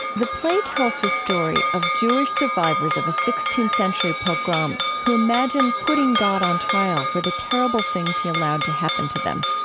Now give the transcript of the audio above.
the play tells the story of jewish survivors of a sixteenth century pogrom, who imagine putting god on trial for the terrible things he allowed to happen to them.